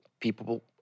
people